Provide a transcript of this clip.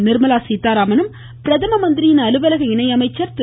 நிர்மலா சீதாராமனும் பிரதம மந்திரியின் அலுவலக இணை அமைச்சர் திரு